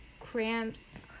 cramps